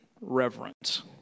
reverence